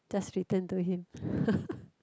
just return to him